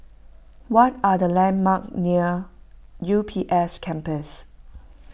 what are the landmark near U B S Campus